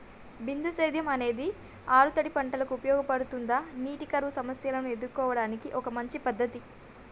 బిందు సేద్యం అనేది ఆరుతడి పంటలకు ఉపయోగపడుతుందా నీటి కరువు సమస్యను ఎదుర్కోవడానికి ఒక మంచి పద్ధతి?